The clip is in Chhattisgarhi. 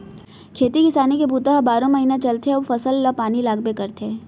खेती किसानी के बूता ह बारो महिना चलथे अउ फसल ल पानी लागबे करथे